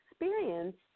experience